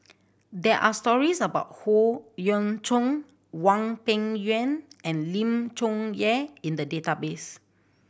there are stories about Howe Yoon Chong Hwang Peng Yuan and Lim Chong Yah in the database